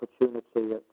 opportunity